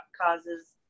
causes